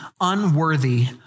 unworthy